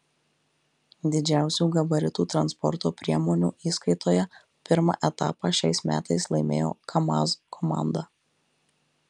didžiausių gabaritų transporto priemonių įskaitoje pirmą etapą šiais metais laimėjo kamaz komanda